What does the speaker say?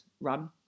run